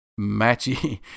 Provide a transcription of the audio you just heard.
matchy